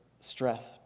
stress